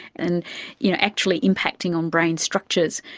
and you know, actually impacting on brain structures.